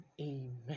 amen